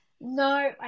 no